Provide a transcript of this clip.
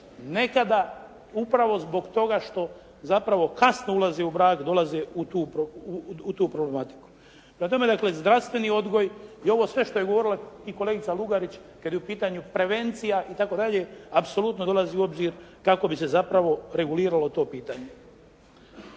nekada upravo zbog toga što zapravo kasno ulaze u brak dolaze u tu problematiku. Prema tome dakle zdravstveni odgoj i sve ovo što je govorila i kolegica Lugarić kad je u pitanju prevencija i tako dalje apsolutno dolazi u obzir kako bi se zapravo reguliralo to pitanje.